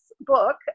book